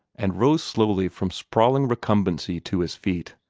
and rose slowly from sprawling recumbency to his feet.